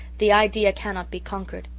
the idea cannot be conquered.